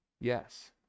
Yes